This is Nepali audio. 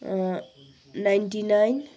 ninety nine